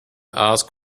ask